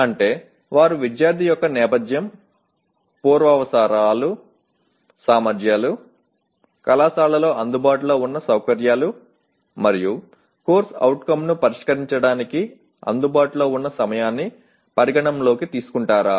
అంటే వారు విద్యార్థి యొక్క నేపథ్యం పూర్వావసరాలు సామర్థ్యాలు కళాశాలలో అందుబాటులో ఉన్న సౌకర్యాలు మరియు COను పరిష్కరించడానికి అందుబాటులో ఉన్న సమయాన్ని పరిగణనలోకి తీసుకుంటారా